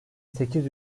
sekiz